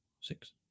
six